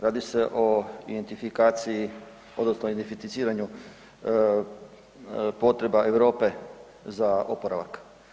Radi se o identifikaciji, odnosno identificiranju potreba Europe za oporavak.